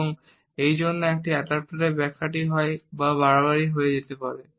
এবং সেইজন্য একটি অ্যাডাপ্টারের ব্যাখ্যাটি হয় বাড়াবাড়ি করা যেতে পারে